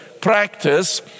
practice